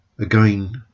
again